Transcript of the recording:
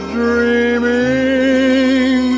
dreaming